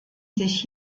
sich